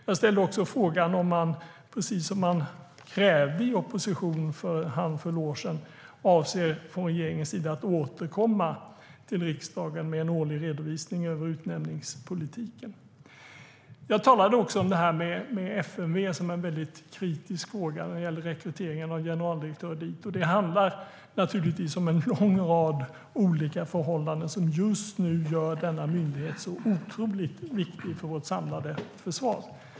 Jag ställde också frågan om man från regeringens sida avser att återkomma till riksdagen med en årlig redovisning över utnämningspolitiken, vilket man krävde i opposition för en handfull år sedan. Jag talade också om rekryteringen av generaldirektör till FMV som en väldigt kritisk fråga. En lång rad olika förhållanden gör just nu denna myndighet otroligt viktig för vårt samlade försvar.